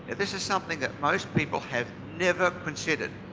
and this is something that most people have never considered.